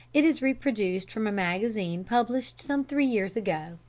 it is reproduced from a magazine published some three years ago.